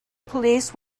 police